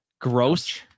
gross